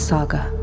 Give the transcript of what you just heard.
Saga